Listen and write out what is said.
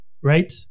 right